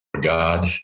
God